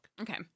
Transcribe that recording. Okay